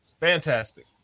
Fantastic